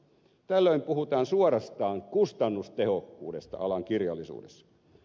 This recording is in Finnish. tällöin puhutaan suorastaan kustannustehokkuudesta alan kirjallisuudessa